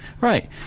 Right